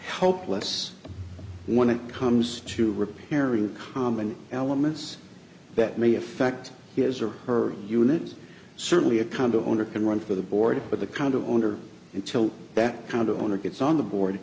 hopeless when it comes to repairing the common elements that may affect his or her unit is certainly a condo owner can run for the board but the kind of owner until that kind of owner gets on the board